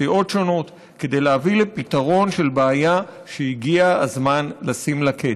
סיעות שונות כדי להביא לפתרון של בעיה שהגיע הזמן לשים לה קץ.